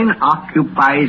occupies